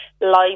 live